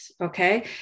Okay